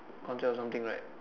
concept or something right